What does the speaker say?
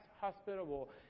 hospitable